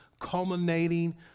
culminating